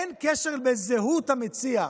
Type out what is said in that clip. אין קשר לזהות המציע,